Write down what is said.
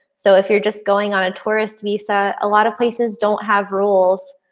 so if you're just going on a tourist visa, a lot of places don't have rules,